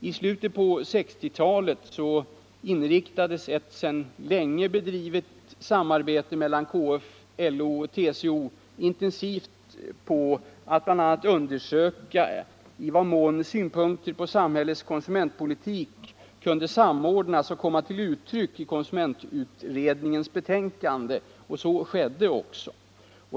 I slutet på 1960-talet inriktades ett sedan länge bedrivet samarbete mellan KF, LO och TCO intensivt på att bl.a. undersöka i vad mån synpunkter på samhällets konsumentpolitik kunde samordnas och komma till uttryck i konsumentutredningens betänkande. Så skedde också.